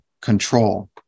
control